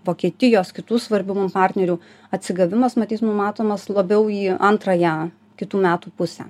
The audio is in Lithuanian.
vokietijos kitų svarbių mum partnerių atsigavimas matyt numatomas labiau į antrąją kitų metų pusę